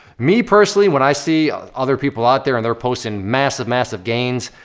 me personally, when i see other people out there and they're posting massive, massive gains,